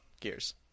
Gears